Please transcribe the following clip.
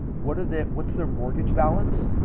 what are that. what's their mortgage balance?